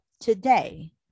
today